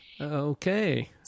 Okay